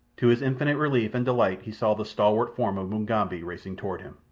to his infinite relief and delight he saw the stalwart form of mugambi racing toward him.